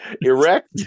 Erect